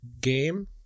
game